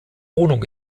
wohnung